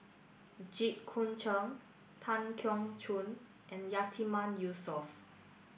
Jit Koon Ch'ng Tan Keong Choon and Yatiman Yusof